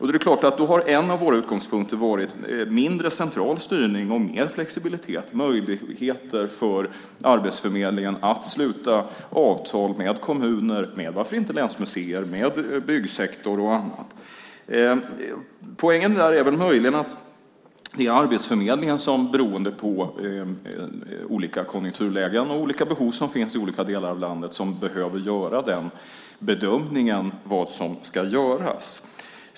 Då är det klart att en av våra utgångspunkter varit att det ska vara mindre central styrning och mer flexibilitet, möjligheter för Arbetsförmedlingen att sluta avtal med kommuner, länsmuseer, byggsektor och annat. Poängen där är möjligen att det är Arbetsförmedlingen som, beroende på olika konjunkturlägen och olika behov som finns i olika delar av landet, behöver göra bedömningen av vad som ska göras.